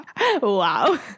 wow